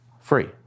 Free